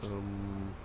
um